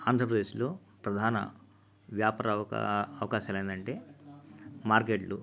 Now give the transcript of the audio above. ఆంధ్రప్రదేశ్లో ప్రధాన వ్యాపార అవకాశాలు ఏందంటే మార్కెట్లు